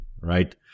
right